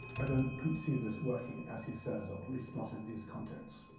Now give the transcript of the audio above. i don't see this working as he says, or at least not in these contexts.